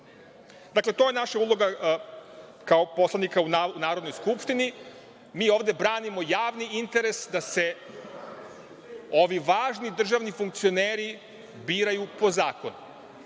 Dakle, to je naša uloga kao poslanika u Narodnoj skupštini. Mi ovde branimo javni interes da se ovi važni državni funkcioneri biraju po zakonu.